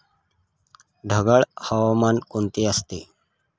ढगाळ हवामान कोणते असते?